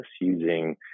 using